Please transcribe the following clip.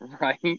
Right